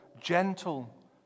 gentle